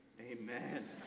Amen